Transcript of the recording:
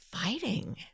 fighting